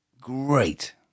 Great